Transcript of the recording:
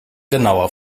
genauer